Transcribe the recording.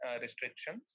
restrictions